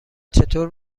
چطور